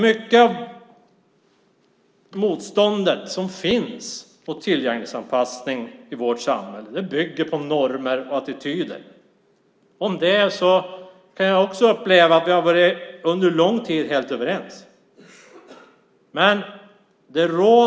Mycket av motståndet som finns mot tillgänglighetsanpassning i vårt samhälle bygger på normer och attityder. Jag kan också uppleva att vi under lång tid har varit helt överens.